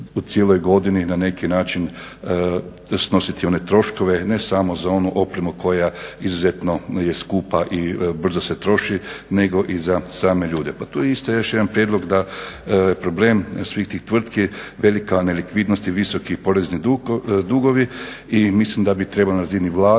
u cijeloj godini na neki način snositi one troškove ne samo za onu opremu koja je izuzetno skupa i brzo se troši, nego i za same ljude. Pa tu je isto još jedan prijedlog da problem svih tih tvrtki velika nelikvidnost i visoki porezni dugovi. I mislim da bi trebali na razini Vlade